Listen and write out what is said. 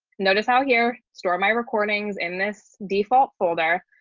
notice how here, store my recordings in this default folder.